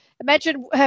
imagine